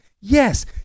yes